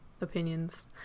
opinions